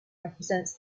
represents